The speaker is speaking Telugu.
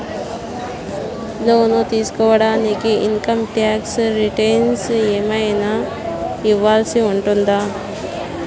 లోను తీసుకోడానికి ఇన్ కమ్ టాక్స్ రిటర్న్స్ ఏమన్నా ఇవ్వాల్సి ఉంటుందా